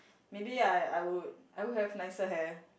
maybe I I would I would have nicer hair